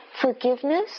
forgiveness